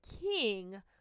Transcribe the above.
king